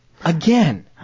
Again